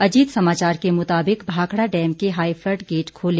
अजीत समाचार के मुताबिक भाखड़ा डैम के हाई फ्ल्ड गेट खोले